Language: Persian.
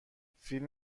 فیلم